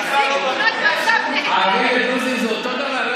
תמונת מצב, ערבים ודרוזים זה אותו דבר?